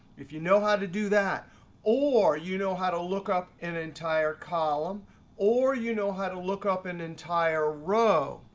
if you know how to do that or you know how to look up an entire column or you know how to look up an entire row,